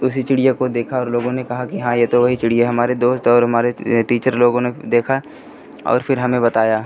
उसी चिड़िया को देखा और लोगों ने कहा कि हाँ यह तो वही चिड़िया है हमारे दोस्त और हमारे टीचर लोगों ने भी देखा और फिर हमें बताया